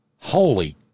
Holy